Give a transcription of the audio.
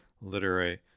literary